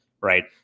right